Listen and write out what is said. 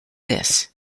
this